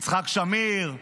יצחק שמיר,